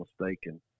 mistaken